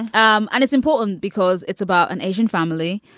um and it's important because it's about an asian family.